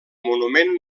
monument